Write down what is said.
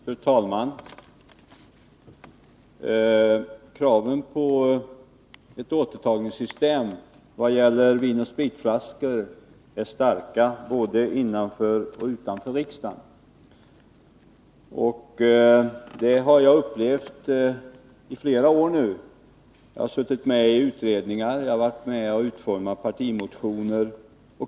Fru talman! Kraven på ett återtagningssystem vad gäller vinoch spritflaskor är starka både inom och utanför riksdagen. Det har jag upplevt i flera år när jag har suttit med i utredningar och har utformat partimotioner.